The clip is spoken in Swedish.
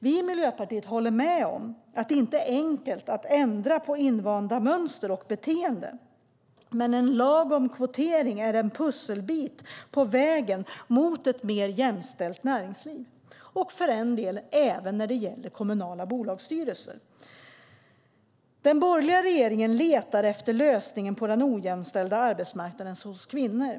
Vi i Miljöpartiet håller med om att det inte är enkelt att ändra invanda mönster och beteenden, men en lag om kvotering är en pusselbit på vägen mot ett mer jämställt näringsliv, även när det gäller kommunala bolagsstyrelser. Den borgerliga regeringen letar efter lösningen på den ojämställda arbetsmarknaden hos kvinnor.